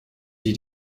die